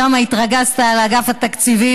כמה התרגזת על אגף התקציבים.